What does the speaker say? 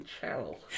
channel